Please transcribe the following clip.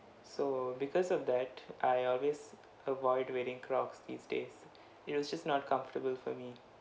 so because of that I always avoid wearing crocs these days it was just not comfortable for me